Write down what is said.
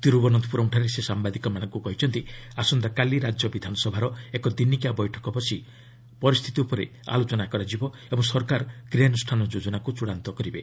ତରୁବନନ୍ତପୁରମ୍ଠାରେ ସେ ସାମ୍ବାଦିକମାନଙ୍କ କହିଛନ୍ତି ଆସନ୍ତାକାଲି ରାଜ୍ୟ ବିଧାନସଭାର ଏକ ଦିନିକିଆ ବୈଠକ ବସି ପରିସ୍ଥିତି ଉପରେ ଆଲୋଚନା ହେବ ଓ ସରକାର କ୍ରିୟାନୁଷ୍ଠାନ ଯୋଜନାକୁ ଚୂଡ଼ାନ୍ତ କରିବେ